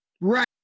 Right